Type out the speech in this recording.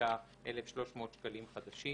75,300 שקלים חדשים